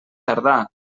tardar